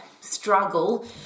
struggle